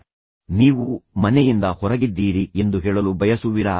ನೀವು ಮನೆಯಿಂದ ಹೊರಗಿದ್ದೀರಿ ಅಥವಾ ಕಚೇರಿಯಿಂದ ಹೊರಗಿದ್ದೀರಿ ಎಂದು ಯಾರಿಗಾದರೂ ಹೇಳಲು ಬಯಸುವಿರಾ